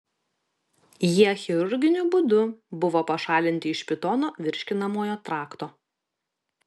jie chirurginiu būdu buvo pašalinti iš pitono virškinamojo trakto